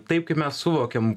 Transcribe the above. taip kaip mes suvokiam